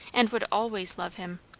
and would always love him?